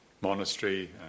monastery